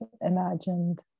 imagined